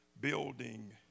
Building